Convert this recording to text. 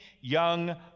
young